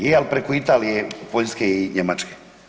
Je ali preko Italije, Poljske i Njemačke.